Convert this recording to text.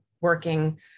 working